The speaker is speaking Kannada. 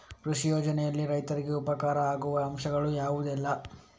ಕೃಷಿ ಯೋಜನೆಯಲ್ಲಿ ರೈತರಿಗೆ ಉಪಕಾರ ಆಗುವ ಅಂಶಗಳು ಯಾವುದೆಲ್ಲ?